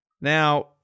Now